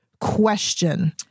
question